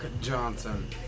Johnson